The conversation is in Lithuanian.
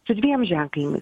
su dviem ženklinais